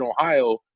Ohio